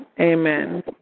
Amen